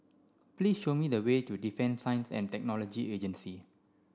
please show me the way to Defence Science and Technology Agency